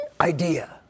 idea